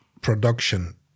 production